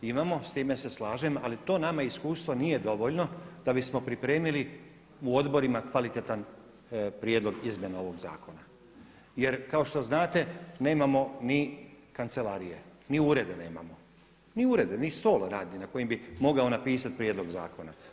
Imamo, s time se slažem ali to nama iskustvo nije dovoljno da bismo pripremili u odborima kvalitetan prijedlog izmjena ovog zakona jer kao što znate nemamo ni kancelarije, ni ureda nemamo, ni ureda, ni stol javni na kojem bi mogao napisati prijedlog zakona.